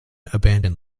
abandon